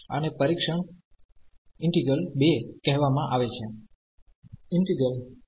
આને પરીક્ષણ integral II કહેવામાં આવે છે